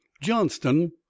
Johnston